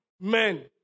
men